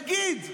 נגיד,